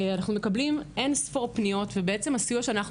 אנחנו מקבלים אין ספור פניות והסיוע שאנחנו